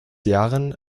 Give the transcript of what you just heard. jahren